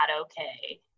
okay